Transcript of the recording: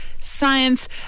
science